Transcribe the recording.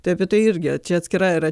tai apie tai irgi čia atskira yra